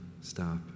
stop